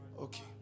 Okay